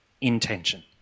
Intention